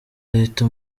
leta